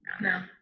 no